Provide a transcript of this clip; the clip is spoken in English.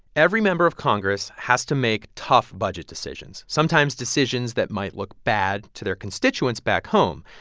every member of congress has to make tough budget decisions, sometimes decisions that might look bad to their constituents back home.